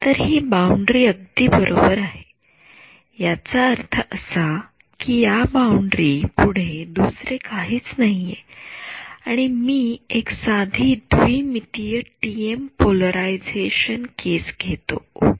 तर हि बाउंडरी अगदी बरोबर आहे याचा अर्थ असा कि या बाउंडरी पुढे दुसरे काहीच नाहीये आणि मी एक साधी द्विमितीय टी एम पोलरायझेशन केस घेतो ओके